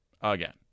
Again